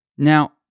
Now